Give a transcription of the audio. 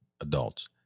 adults